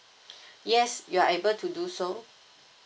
yes you are able to do so